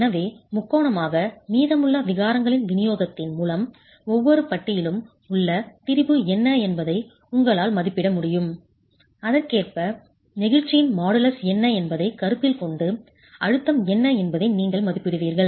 எனவே முக்கோணமாக மீதமுள்ள விகாரங்களின் விநியோகத்தின் மூலம் ஒவ்வொரு பட்டியிலும் உள்ள திரிபு என்ன என்பதை உங்களால் மதிப்பிட முடியும் அதற்கேற்ப நெகிழ்ச்சியின் மாடுலஸ் என்ன என்பதைக் கருத்தில் கொண்டு அழுத்தம் என்ன என்பதை நீங்கள் மதிப்பிடுவீர்கள்